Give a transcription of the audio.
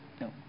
No